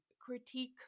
critique